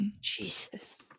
Jesus